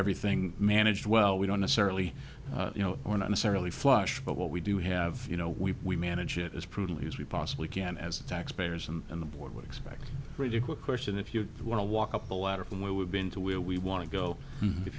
everything managed well we don't necessarily you know we're not necessarily flush but what we do have you know we we manage it as prudently as we possibly can as taxpayers and the board would expect really quick question if you want to walk up the ladder from where we've been to where we want to go if